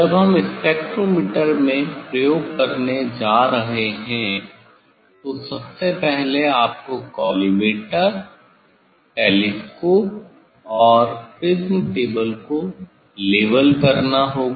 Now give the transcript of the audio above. जब हम स्पेक्ट्रोमीटर में प्रयोग करने जा रहे हैं तो सबसे पहले आपको कॉलीमेटर टेलीस्कोप और प्रिज्म टेबल को लेवल करना होगा